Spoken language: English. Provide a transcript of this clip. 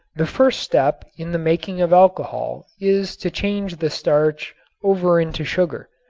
the first step in the making of alcohol is to change the starch over into sugar.